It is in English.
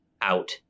out